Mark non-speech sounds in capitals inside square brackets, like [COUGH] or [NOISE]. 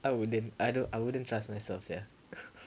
I wouldn't I don't I wouldn't trust myself sia [LAUGHS]